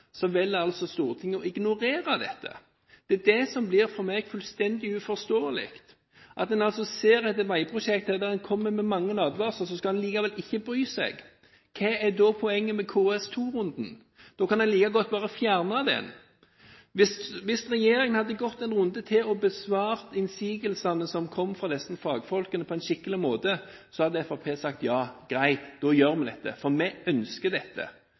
så skal en likevel ikke bry seg! Hva er da poenget med KS2-runden? Da kan en like godt fjerne den. Hvis regjeringen hadde gått en runde til og besvart innsigelsene fra fagfolkene på en skikkelig måte, hadde Fremskrittspartiet sagt greit, vi gjør det, for vi ønsker dette.